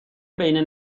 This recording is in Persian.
بین